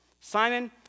Simon